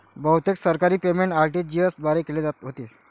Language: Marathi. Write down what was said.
बहुतेक सरकारी पेमेंट आर.टी.जी.एस द्वारे केले जात होते